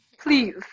please